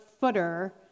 footer